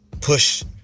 push